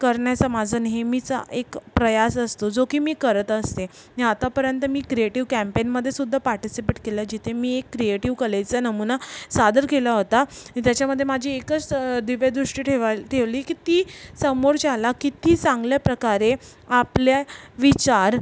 करण्याचा माझा नेहमीचा एक प्रयास असतो जो की मी करत असते मी आतापर्यंत मी क्रिएटीव कॅम्पेनमध्ये सुद्धा पार्टिसिपेट केलं आहे जिथे मी एक क्रियेटीव कलेचा नमुना सादर केला होता नि त्याच्यामध्ये माझी एकच दिव्य दृष्टी ठेवायला ठेवली की ती समोरच्याला किती चांगल्या प्रकारे आपल्या विचार